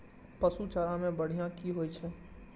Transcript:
पशु चारा मैं बढ़िया की होय छै?